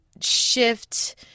shift